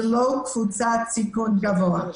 ולא קבוצת סיכון גבוהה.